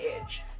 edge